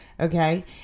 okay